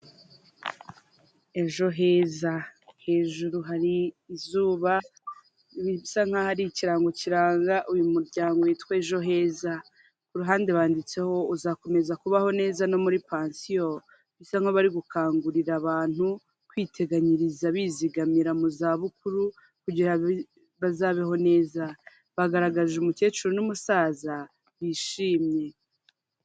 Ejo heza hejuru hari izuba bisa nk'aho ari ikirango kiranga uyu muryango witwa ejo heza, ku ruhande handitseho uzakomeza kubaho neza no muri pansiyo, bisa nk'abari gukangurira abantu kwiteganyiriza bizigamira mu zabukuru bazabeho neza bagaragarije umukecuru n'umusaza bishimye.